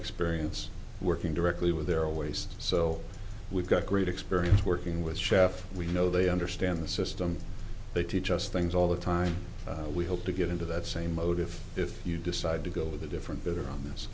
experience working directly with their waste so we've got great experience working with chef we know they understand the system they teach us things all the time we hope to get into that same motive if you decide to go with a different bit on this